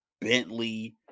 Bentley